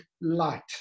light